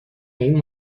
این